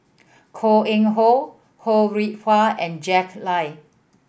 Koh Eng Hoon Ho Rih Hwa and Jack Lai